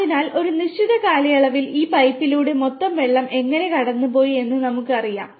അതിനാൽ ഒരു നിശ്ചിത കാലയളവിൽ ഈ പൈപ്പിലൂടെ മൊത്തം വെള്ളം എങ്ങനെ കടന്നുപോയി എന്ന് നമുക്കറിയാം